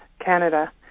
Canada